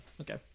Okay